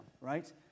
right